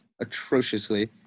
atrociously